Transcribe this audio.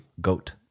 Goat